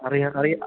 അറിയാം അറിയാം